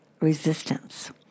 resistance